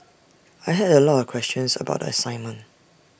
I had A lot of questions about the assignment